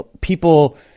people –